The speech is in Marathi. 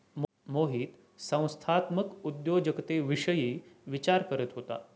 मोहित संस्थात्मक उद्योजकतेविषयी विचार करत होता